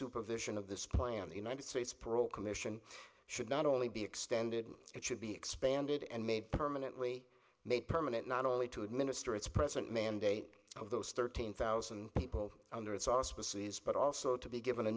supervision of this plan the united states parole commission should not only be extended it should be expanded and made permanently made permanent not only to administer its present mandate of those thirteen thousand people under its auspices but also to be given a